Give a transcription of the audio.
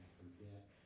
forget